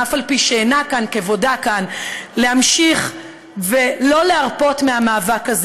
אף על פי שאינה כאן כבודה כאן להמשיך במאבק הזה ולא להרפות ממנו,